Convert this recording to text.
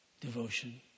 devotion